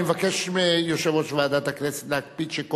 אני מבקש מיושב-ראש ועדת הכנסת להקפיד שכל